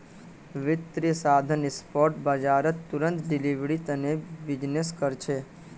वित्तीय साधन स्पॉट बाजारत तुरंत डिलीवरीर तने बीजनिस् कर छे